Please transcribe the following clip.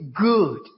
good